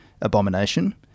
abomination